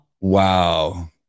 Wow